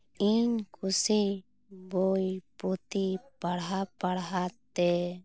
ᱤᱧ ᱠᱩᱥᱤ ᱵᱳᱭ ᱯᱩᱛᱷᱤ ᱯᱟᱲᱦᱟᱣ ᱯᱟᱲᱦᱟᱣ ᱛᱮ